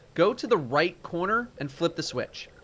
go to the right corner and flip the switch.